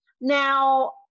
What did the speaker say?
Now